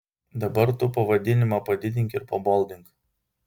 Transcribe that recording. dabar tu pavadinimą padidink ir paboldink